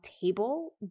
table